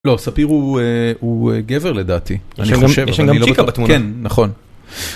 לא, ספיר הוא גבר לדעתי, אני חושב, אני לא בטוח, כן, נכון.